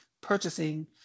purchasing